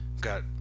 got